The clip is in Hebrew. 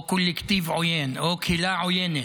או קולקטיב עוין, או קהילה עוינת.